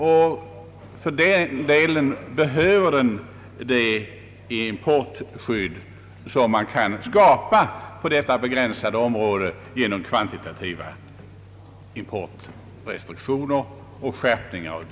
Men för att klara den uppgiften behövs det importskydd, vilket på detta begränsade område kan skapas genom kvantitativa importrestriktioner och en skärpning av dem.